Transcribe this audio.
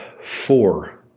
four